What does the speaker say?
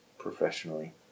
Professionally